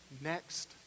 next